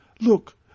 Look